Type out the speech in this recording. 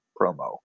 promo